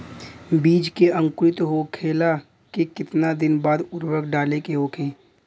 बिज के अंकुरित होखेला के कितना दिन बाद उर्वरक डाले के होखि?